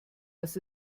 dass